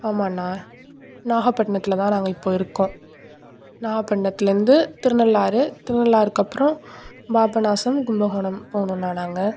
ஆமாண்ணா நாகப்பட்டினத்துல தான் நாங்கள் இப்போ இருக்கோம் நாகப்பட்டினத்துலந்து திருநள்ளாறு திருநள்ளாறுக்கப்றம் பாபநாசம் கும்பகோணம் போகணுண்ணா நாங்கள்